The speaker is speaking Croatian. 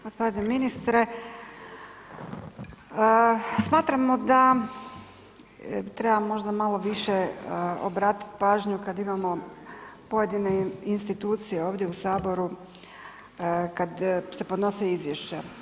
G. ministre, smatramo da treba možda malo više obratit pažnju kad imamo pojedine institucije ovdje u Saboru, kad se podnosi izvješće.